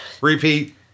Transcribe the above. Repeat